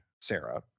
Sarah